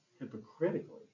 hypocritically